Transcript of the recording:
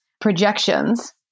projections